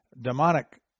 demonic